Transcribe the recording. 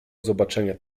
zobaczenie